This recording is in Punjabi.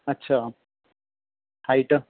ਅੱਛਾ ਹਾਈਟ